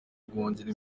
guhindura